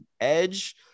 Edge